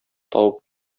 табып